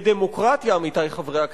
בדמוקרטיה, עמיתי חברי הכנסת,